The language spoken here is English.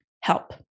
help